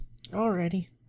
Alrighty